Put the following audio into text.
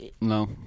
No